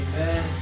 Amen